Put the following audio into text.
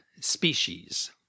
species